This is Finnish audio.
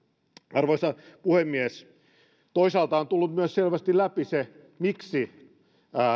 arvoisa puhemies toisaalta on tullut myös selvästi läpi se miksi